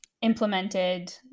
implemented –